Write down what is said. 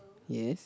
yes